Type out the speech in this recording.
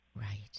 Right